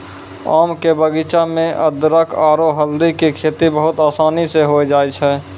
आम के बगीचा मॅ अदरख आरो हल्दी के खेती बहुत आसानी स होय जाय छै